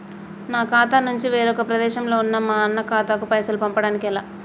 నా ఖాతా నుంచి వేరొక ప్రదేశంలో ఉన్న మా అన్న ఖాతాకు పైసలు పంపడానికి ఎలా?